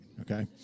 Okay